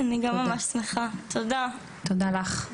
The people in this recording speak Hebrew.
תודה לך.